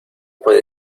puede